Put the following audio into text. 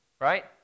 right